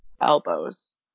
elbows